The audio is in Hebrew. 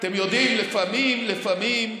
אתם יודעים, לפעמים, לפעמים,